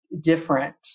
different